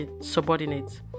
subordinates